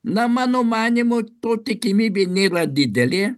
na mano manymu to tikimybė nėra didelė